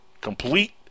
Complete